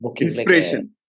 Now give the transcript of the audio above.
Inspiration